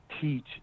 teach